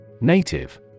Native